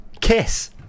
KISS